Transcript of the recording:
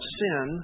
sin